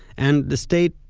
and the state,